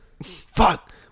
fuck